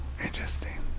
interesting